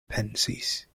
pensis